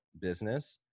business